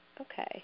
Okay